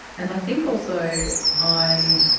and i think also i